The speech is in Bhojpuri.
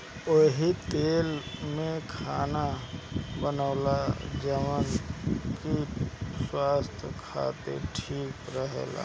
ओही तेल में खाना बनेला जवन की स्वास्थ खातिर ठीक रहेला